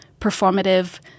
performative